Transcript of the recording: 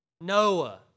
Noah